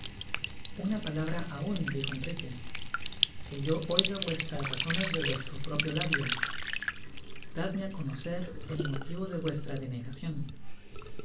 una palabra aun dijo enrique que yo oiga vuestras razones de vuestro propio labio dadme á conocer el motivo de vuestra denegacion